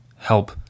Help